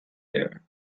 player